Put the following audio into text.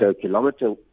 kilometer